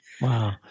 Wow